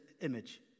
image